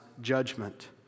judgment